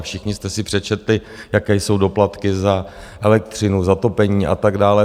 Všichni jste si přečetli, jaké jsou doplatky za elektřinu, za topení a tak dále.